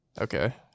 Okay